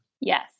Yes